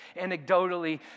anecdotally